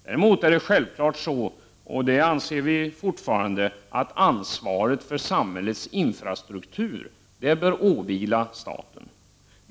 Däremot är det självfallet så — det anser vi fortfarande — att ansvaret för samhällets infrastruktur bör åvila staten.